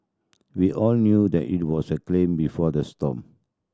we all knew that it was the before the storm